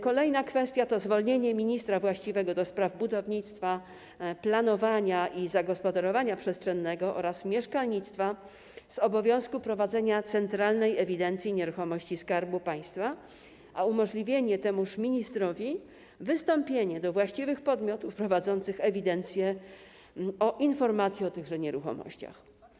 Kolejna kwestia to zwolnienie ministra właściwego do spraw budownictwa, planowania i zagospodarowania przestrzennego oraz mieszkalnictwa z obowiązku prowadzenia centralnej ewidencji nieruchomości Skarbu Państwa i umożliwienie temu ministrowi wystąpienia do właściwych podmiotów prowadzących ewidencję o informacje o tychże nieruchomościach.